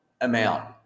amount